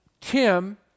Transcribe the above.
Tim